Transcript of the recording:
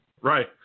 Right